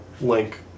Link